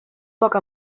poc